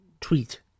tweet